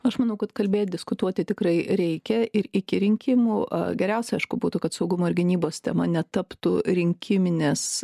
aš manau kad kalbėt diskutuoti tikrai reikia ir iki rinkimų geriausia aišku būtų kad saugumo ir gynybos tema netaptų rinkiminės